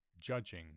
judging